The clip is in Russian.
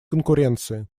конкуренции